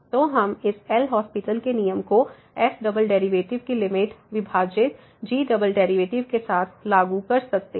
तो हम इस एल हास्पिटल LHospital के नियम को f डबल डेरिवेटिव की लिमिट विभाजित g डबल डेरिवेटिव के साथ लागू कर सकते हैं